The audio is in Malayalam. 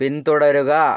പിന്തുടരുക